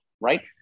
right